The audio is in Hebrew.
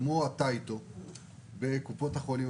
כמו הטייטו בקופות החולים,